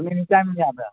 ꯑꯗꯨꯝ any time ꯌꯥꯕ꯭ꯔꯥ